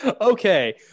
Okay